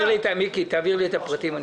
תעביר לי את הפרטים.